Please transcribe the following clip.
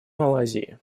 малайзии